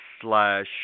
slash